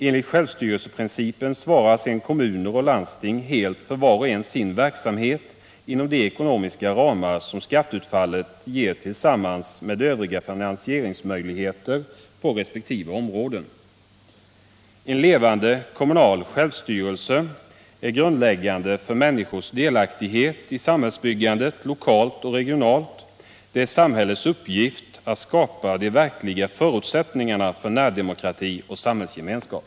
Enligt självstyrelseprincipen svarar sedan kommuner och landsting var för sig helt för sin verksamhet inom de ekonomiska ramar som skatteutfallet ger tillsammans med övriga finansieringsmöjligheter på resp. områden. En levande kommunal självstyrelse är grundläggande för människors delaktighet i samhällsbyggandet lokalt och regionalt. Det är samhällets uppgift att skapa de verkliga förutsättningarna för närdemokrati och samhällsgemenskap.